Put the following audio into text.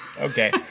Okay